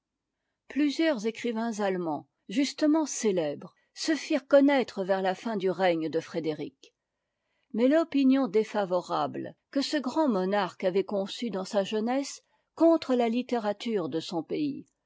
plusieurs écrivains allemands justement célèbres t se firent connaître vers la fin du règne de frédéric mais l'opinion défavorable que ce grand monarque s avait conçue dans sa ieunesse contre la littérature e de son pays